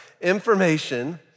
information